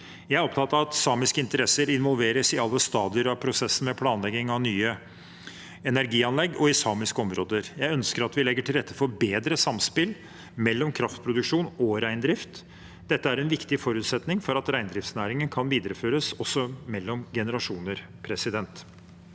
Jeg er opptatt av at samiske interesser involveres i alle stadier av prosessen med planlegging av nye energianlegg i samiske områder. Jeg ønsker at vi legger til rette for bedre samspill mellom kraftproduksjon og reindrift. Det er en viktig forutsetning for at reindriftsnæringen kan videreføres også mellom generasjoner.